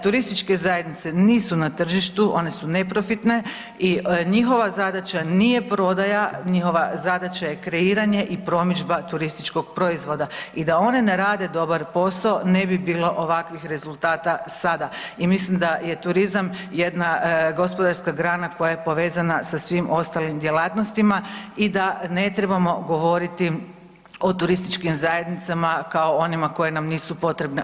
Turističke zajednice nisu na tržištu, one su neprofitne i njihova zadaća nije prodaja, njihova zadaća je kreiranje i promidžba turističkog proizvoda i da one ne rade dobar posao ne bi bilo ovakvih rezultata sada i mislim da je turizam jedna gospodarska grana koja je povezana sa svim ostalim djelatnostima i da ne trebamo govoriti o turističkim zajednicama kao onima koje nam nisu potrebne.